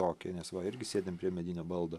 tokiai nes va irgi sėdim prie medinio baldo